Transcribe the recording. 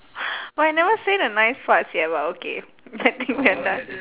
but I never say the nice parts yet but okay I think we're done